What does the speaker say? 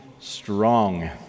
Strong